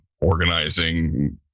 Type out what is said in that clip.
organizing